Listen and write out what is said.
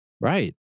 Right